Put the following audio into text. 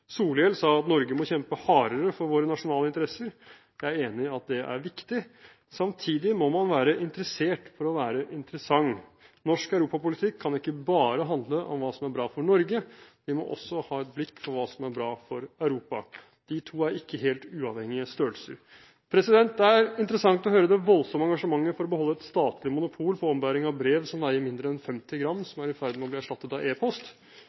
Solhjell sa at Norge må kjempe hardere for våre nasjonale interesser. Jeg er enig i at det er viktig, men samtidig må man være interessert for å være interessant. Norsk europapolitikk kan ikke bare handle om hva som er bra for Norge, vi må også ha et blikk for hva som er bra for Europa. De to er ikke helt uavhengige størrelser. Det er interessant å høre det voldsomme engasjementet for å beholde et statlig monopol for ombæring av brev som veier mindre enn 50 gram, som er i ferd med å bli erstattet av